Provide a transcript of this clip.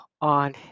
on